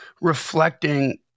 reflecting